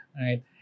right